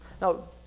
Now